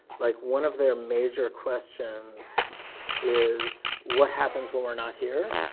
like, one of their major questions is what happens when we're not here,